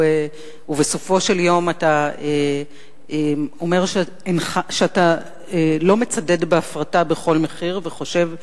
ובסופו של יום אתה אומר שאתה לא מצדד בהפרטה בכל מחיר וחושב שהגזמנו,